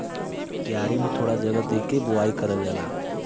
क्यारी में थोड़ा जगह दे के बोवाई करल जाला